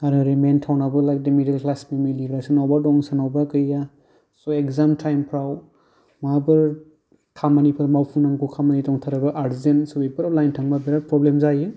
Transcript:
आरो ओरै मैन टाउनावबो लाइक दि मिडिल ख्लास फेमिलिफोरनाव सोरनावबा दं सोरनावबा गैया स' एगजाम टाइमफ्राव माबाफोर मावफुंनांगौ खामानिफोर दंथारोबा आर्जेन्ट स' बेफोराव लाइन थांबा बेराद प्रब्लेम जायो